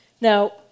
Now